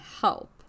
help